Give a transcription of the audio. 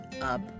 up